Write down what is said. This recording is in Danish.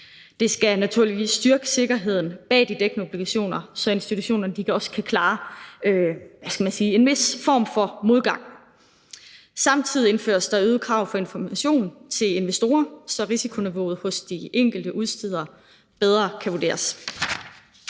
Det skal naturligvis styrke sikkerheden bag de dækkede obligationer, så institutionerne også kan klare – hvad skal man sige – en vis form for modgang. Samtidig indføres der øgede krav om information til investorer, så risikoniveauet hos de enkelte udstedere bedre kan vurderes.